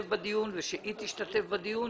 בדיון ושהיא תשתתף בדיון